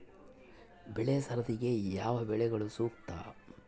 ಬೆಳೆ ಸರದಿಗೆ ಯಾವ ಬೆಳೆಗಳು ಸೂಕ್ತ?